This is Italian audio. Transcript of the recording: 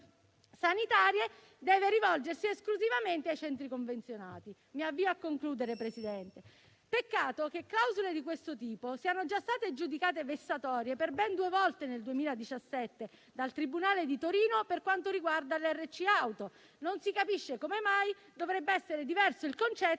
sanitarie, deve rivolgersi esclusivamente ai centri convenzionati. Mi avvio a concludere, Presidente: peccato che clausole di questo tipo siano già state giudicate vessatorie per ben due volte nel 2017 dal tribunale di Torino per quanto riguarda le RC auto; non si capisce come mai dovrebbe essere diverso il concetto